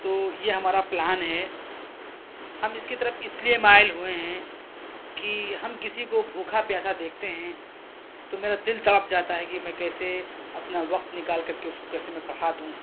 تو یہ ہمارا پلان ہے ہم اس کے طرف اس لیے مائل ہوئے ہیں کہ ہم کسی کو بھوکھا پیاسا دیکھتے ہیں تو میرا دل تڑپ جاتا ہے کہ میں کیسے اپنا وقت نکال کر کے اس کو کیسے میں پڑھا دوں